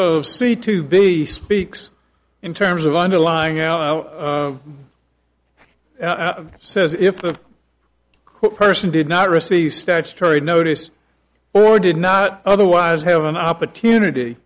c to be speaks in terms of underlying our says if the person did not receive statutory notice or did not otherwise have an opportunity